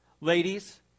Ladies